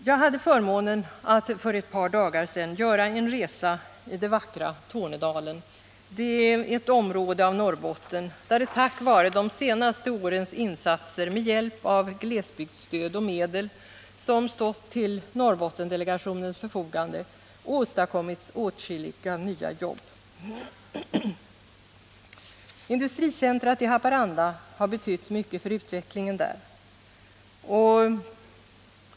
Jag hade förmånen att för ett par dagar sedan göra en resai det vackra Tornedalen, ett område av Norrbotten där det tack vare de senaste årens insatser, med hjälp av glesbygdsstöd och medel som stått till Norrbottensdelegationens förfogande, åstadkommits åtskilliga nya jobb. Industricentret i Haparanda har betytt mycket för utvecklingen där.